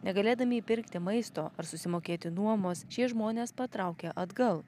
negalėdami įpirkti maisto ar susimokėti nuomos šie žmonės patraukė atgal